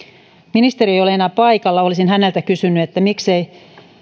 ministeri ei ole enää paikalla olisin häneltä kysynyt miksi ei